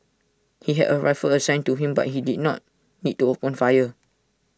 he had A rifle assigned to him but he did not need to open fire